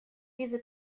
diese